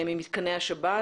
ממתקני השב"ס,